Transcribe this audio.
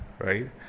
right